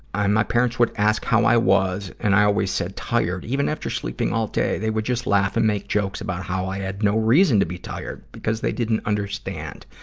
my parents would ask how i was and i always said tired, even after sleeping all day. they would just laugh and make jokes about how i had no reason to be tired, because they didn't understand.